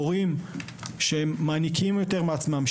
מורים שמעניקים יותר מעצמם,